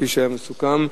כפי שסוכם.